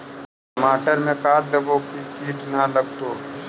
टमाटर में का देबै कि किट न लगतै?